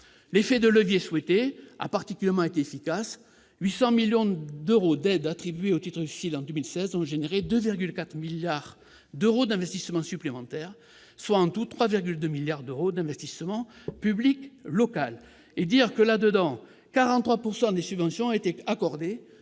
L'effet de levier souhaité s'est révélé particulièrement efficace : 800 millions d'euros d'aides attribuées au titre du FSIL en 2016 ont engendré 2,4 milliards d'euros d'investissements supplémentaires, soit au total 3,2 milliards d'euros d'investissement public local. J'ajoute que 43 % des subventions ont été accordées